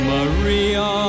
Maria